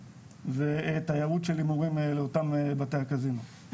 ותיירות של הימורים לאותם בתי הקזינו.